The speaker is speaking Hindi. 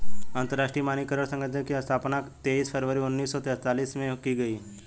अंतरराष्ट्रीय मानकीकरण संगठन की स्थापना तेईस फरवरी उन्नीस सौ सेंतालीस में की गई